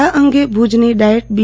આ અંગે ભુજની ડાયેટ બી